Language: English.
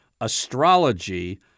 astrology